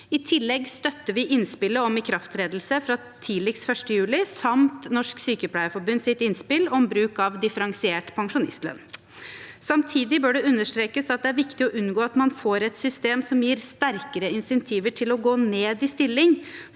I tillegg støtter vi innspillet om ikrafttredelse fra tidligst 1. juli samt Norsk Sykepleierforbunds innspill om bruk av differensiert pensjonistlønn. Samtidig bør det understrekes at det er viktig å unngå at man får et system som gir sterkere insentiver til å gå ned i stilling